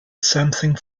something